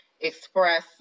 express